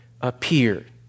appeared